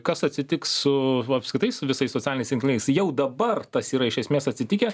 kas atsitiks su apskritai su visais socialiniais tinklais jau dabar tas yra iš esmės atsitikę